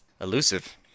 elusive